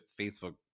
Facebook